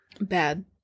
Bad